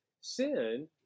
Sin